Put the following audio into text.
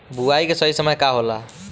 बुआई के सही समय का होला?